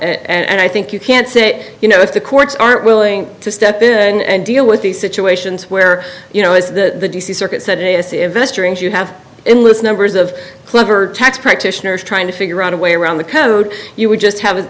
and i think you can't say you know if the courts aren't willing to step in and deal with these situations where you know as the d c circuit said in this investor and you have endless numbers of clever tax practitioners trying to figure out a way around the code you would just have